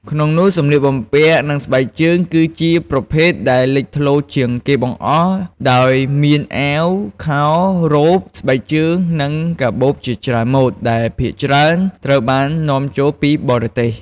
ក្នុងនោះ សម្លៀកបំពាក់ និងស្បែកជើង គឺជាប្រភេទដែលលេចធ្លោជាងគេបង្អស់ ដោយមានអាវ ខោ រ៉ូប ស្បែកជើង និងកាបូបជាច្រើនម៉ូដ ដែលភាគច្រើនត្រូវបាននាំចូលពីបរទេស។